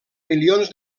milions